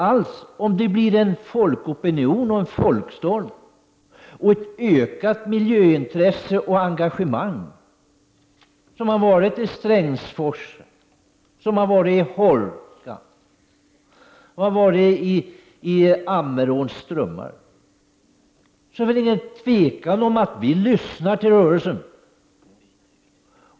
Blir det en folkopinion, en folkstorm, och ett ökat miljöintresse och engagemang som beträffande Strängsforsen, Hårkan, Ammeråns strömmar, råder det inget tvivel om att vi kommer att lyssna till rörelsen.